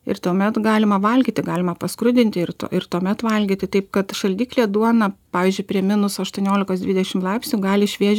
ir tuomet galima valgyti galima paskrudinti ir to ir tuomet valgyti taip kad šaldiklyje duona pavyzdžiui prie minus aštuoniolikos dvidešim laipsnių gali šviežia